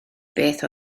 beth